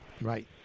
Right